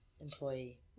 employee